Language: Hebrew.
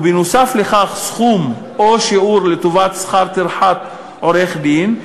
ונוסף על כך סכום או שיעור לטובת שכר טרחת עורך-דין,